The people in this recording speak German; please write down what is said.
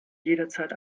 jederzeit